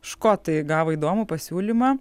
škotai gavo įdomų pasiūlymą